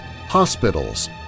hospitals